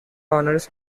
honours